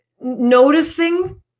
noticing